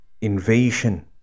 invasion